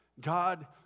God